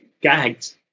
gagged